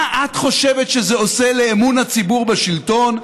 מה את חושבת שזה עושה לאמון הציבור בשלטון?